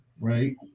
right